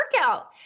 workout